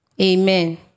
Amen